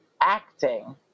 acting